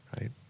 Right